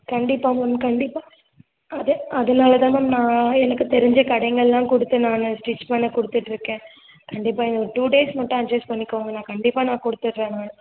கண்டிப்பாக மேம் கண்டிப்பாக அது அதனால தான் மேம் நான் எனக்கு தெரிஞ்ச கடைங்கள் எல்லாம் கொடுத்து நான் அதை ஸ்டிச் பண்ண கொடுத்துட்ருக்கேன் கண்டிப்பாக இன்னும் ஒரு டூ டேஸ் மட்டும் அட்ஜஸ்ட் பண்ணிக்கோங்க மேம் கண்டிப்பாக நான் கொடுத்துட்றேன் மேம்